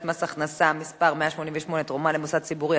מס הכנסה (מס' 188) (תרומה למוסד ציבורי),